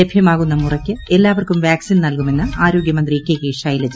ലഭ്യമാകുന്ന മുറയ്ക്ക് എല്ലാവർക്കും വാക്സിൻ നൽകുമെന്ന് ആരോഗ്യമന്ത്രി കെ കെ ശൈലജ